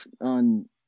on